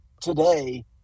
today